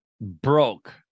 broke